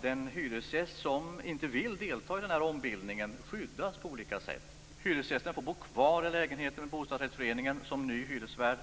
Den hyresgäst som inte vill delta i ombildningen skyddas på olika sätt. Hyresgästen får bo kvar i lägenheten med bostadsrättsföreningen som ny hyresvärd.